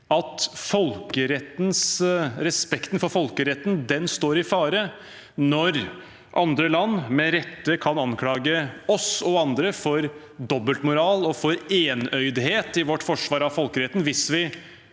at respekten for folkeretten står i fare når andre land med rette kan anklage oss og andre for dobbeltmoral og for å være enøyde i vårt forsvar av folkeretten hvis vi